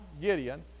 Gideon